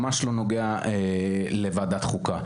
ממש לא נוגע לוועדת חוקה,